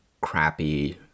crappy